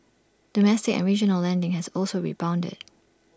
domestic and regional lending has also rebounded